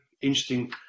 interesting